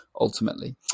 ultimately